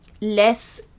less